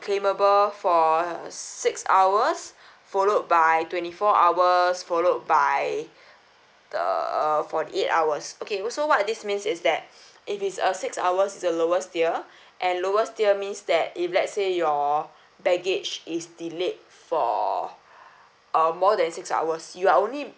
claimable for six hours followed by twenty four hours followed by the uh forty eight hours okay also what this means is that if it's uh six hours it's the lowest tier and lowest tier means that if let's say your baggage is delayed for uh more than six hours you are only